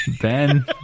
Ben